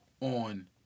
on